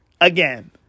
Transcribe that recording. again